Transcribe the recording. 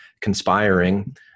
conspiring